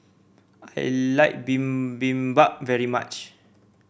I like Bibimbap very much